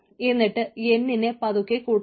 എന്നിട്ട് n നെ പതുക്കെ കൂട്ടണം